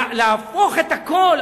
להפוך את הכול,